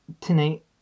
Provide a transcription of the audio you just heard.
tonight